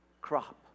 crop